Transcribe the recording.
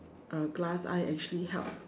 uh glass eye actually help